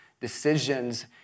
decisions